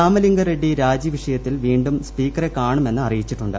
രാമലിംഗ റെഡ്ഡി രാജി വിഷയത്തിൽ വീണ്ടും സ്പീക്കറെ കാണുമെന്ന് അറിയിച്ചിട്ടുണ്ട്